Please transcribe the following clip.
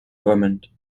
vermont